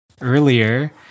earlier